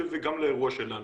גם לאירוע שלנו.